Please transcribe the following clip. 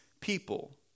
people